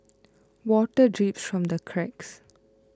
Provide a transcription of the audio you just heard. water drips from the cracks